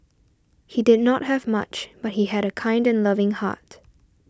he did not have much but he had a kind and loving heart